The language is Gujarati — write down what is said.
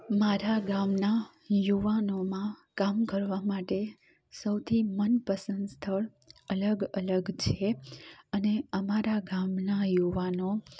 મારા ગામના યુવાનોમાં કામ કરવા માટે સૌથી મનપસંદ સ્થળ અલગ અલગ છે અને અમારા ગામના યુવાનો